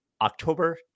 October